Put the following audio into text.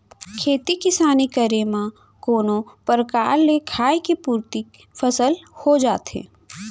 खेती किसानी करे म कोनो परकार ले खाय के पुरती फसल हो जाथे